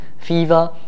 fever